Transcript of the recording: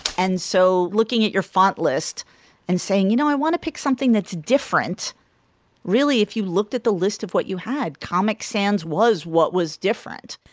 and so looking at your font list and saying you know i want to pick something that's different really if you looked at the list of what you had comic sans was what was different.